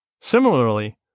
Similarly